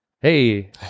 hey